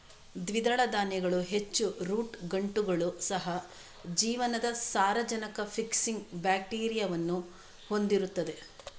ದ್ವಿದಳ ಧಾನ್ಯಗಳು ಹೆಚ್ಚು ರೂಟ್ ಗಂಟುಗಳು, ಸಹ ಜೀವನದ ಸಾರಜನಕ ಫಿಕ್ಸಿಂಗ್ ಬ್ಯಾಕ್ಟೀರಿಯಾವನ್ನು ಹೊಂದಿರುತ್ತವೆ